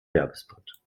werbespot